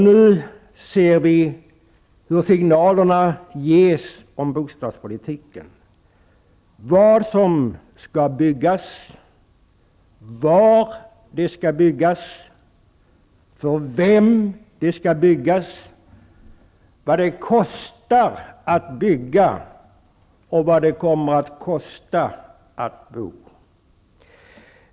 Nu ser vi hur signalerna ges om bostadspolitiken: vad som skall byggas, var det skall byggas, för vem det skall byggas, vad det kostar att bygga och vad det kommer att kosta att bo.